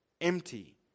empty